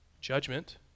Judgment